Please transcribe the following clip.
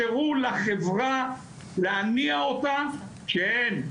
בהחלט יש פה שאלה האם חברה ממשלתית היא רלוונטית לחברת חינוך.